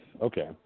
Okay